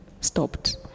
stopped